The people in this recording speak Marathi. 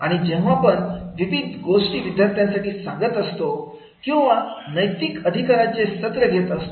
आणि जेव्हा पण विविध गोष्टी विद्यार्थ्यांना सांगत असतो किंवा नैतिक अधिकारांचे सत्र घेत असतो